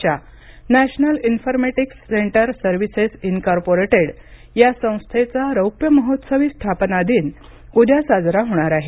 च्या national informatics centre services incorporated या संस्थेचा रौप्यमहोत्सवी स्थापना दिन उद्या साजरा होणार आहे